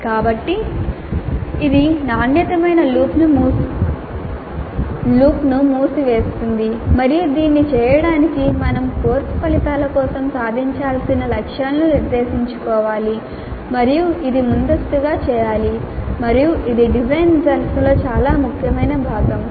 కాబట్టి ఇది నాణ్యమైన లూప్ను మూసివేస్తోంది మరియు దీన్ని చేయడానికి మేము కోర్సు ఫలితాల కోసం సాధించాల్సిన లక్ష్యాలను నిర్దేశించుకోవాలి మరియు ఇది ముందస్తుగా చేయాలి మరియు ఇది డిజైన్ దశలో చాలా ముఖ్యమైన భాగం